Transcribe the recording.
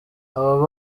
abo